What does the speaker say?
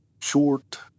short